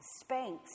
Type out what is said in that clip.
spanks